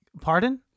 Pardon